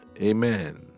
Amen